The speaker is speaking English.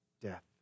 death